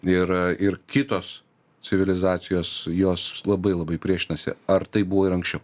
ir ir kitos civilizacijos jos labai labai priešinasi ar tai buvo ir anksčiau